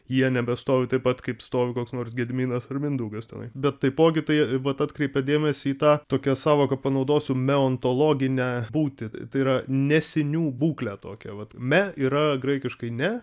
jie nebestovi taip pat kaip stovi koks nors gediminas ar mindaugas tenai bet taipogi tai vat ta atkreipė dėmesį į tą tokią sąvoką panaudosiu meontologinę būtį tai yra nesinių būklę tokią vat me yra graikiškai ne